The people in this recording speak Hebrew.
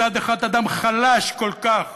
מצד אחד אדם חלש כל כך